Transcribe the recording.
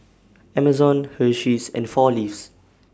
Amazon Hersheys and four Leaves